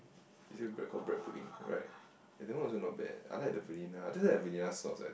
is it bread called bread pudding right ya that one also not bad I like the vanilla I just like the vanilla sauce